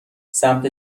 سمت